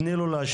תני לו להשלים.